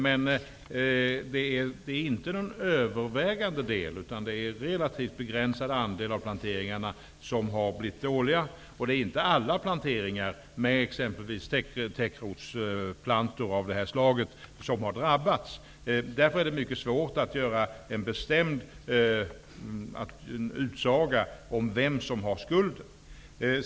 Men inte den övervägande delen utan en relativt begränsad del av planteringarna har blivit dålig, och det är inte alla planteringar med t.ex. täckrotsplantor av detta slag som har drabbats. Därför är det mycket svårt att göra en utsaga om vem som bär skulden.